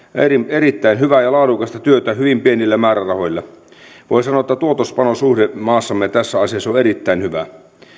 erittäin hyvää ja laadukasta työtä hyvin pienillä määrärahoilla voi sanoa että tuotos panos suhde maassamme tässä asiassa on erittäin hyvä